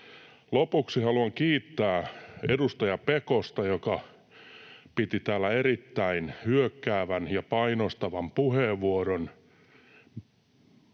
Lopuksi haluan kiittää edustaja Pekosta, joka piti täällä erittäin hyökkäävän ja painostavan puheenvuoron